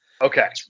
Okay